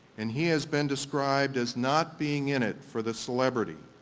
and he has been described as not being in it for the celebrity,